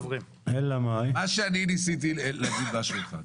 אני ניסיתי להגיד משהו אחר: